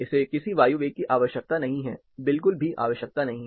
इसे किसी वायु वेग की आवश्यकता नहीं है बिल्कुल भी आवश्यकता नहीं है